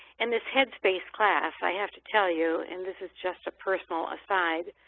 and this headspace class, i have to tell you and this is just a personal aside,